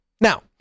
Now